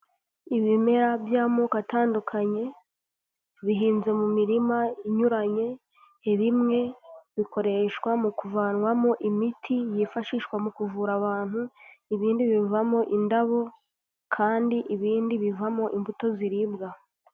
Ibimera by'amoko atandukanye bihinze mu mirima inyuranye. Bimwe bikoreshwa mukuvanwamo imiti yifashishwa mu kuvura abantu, Ibindi bivamo indabo, kandi ibindi bivamo imbuto ziribwa.